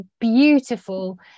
beautiful